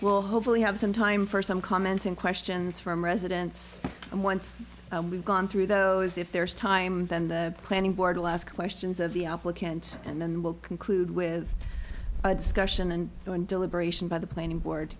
well hopefully have some time for some comments and questions from residents and once we've gone through those if there's time then the planning board last questions of the applicant and then we'll conclude with a discussion and then deliberation by the planning board